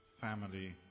family